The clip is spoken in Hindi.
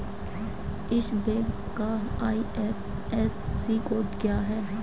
इस बैंक का आई.एफ.एस.सी कोड क्या है?